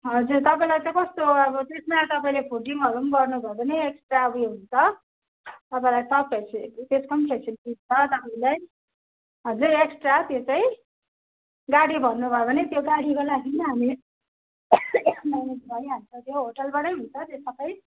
हजुर तपाईलाई चाहिँ कस्तो अब त्यसमा तपाईँले फुडिङ्रू पनि गर्नु भयो भने एक्स्ट्रा ऊ यो हुन्छ तपाईँलाई छ फेसिलिटिज त्यसको पनि फेसिलिटिज छ तपाईँलाई हजुर एक्सट्रा त्यो चाहिँ गाडी भन्नुभयो भने त्यो गाडीको लागि पनि हामी म्यानेज भइहाल्छ त्यो होटलबाट नै हुन्छ त्यो सबै